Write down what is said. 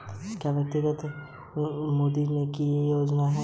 मैं व्यक्तिगत ऋण के लिए देय ई.एम.आई को कैसे कम कर सकता हूँ?